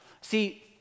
See